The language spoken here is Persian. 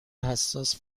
حساس